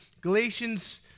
Galatians